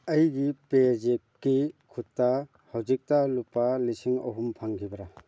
ꯑꯩꯒꯤ ꯄꯦꯖꯦꯞꯀꯤ ꯈꯨꯠꯇ ꯍꯧꯖꯤꯛꯇ ꯂꯨꯄꯥ ꯂꯤꯁꯤꯡ ꯑꯍꯨꯝ ꯐꯪꯈꯤꯕ꯭ꯔ